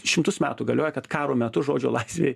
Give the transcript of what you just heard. šimtus metų galioja kad karo metu žodžio laisvei